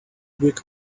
brick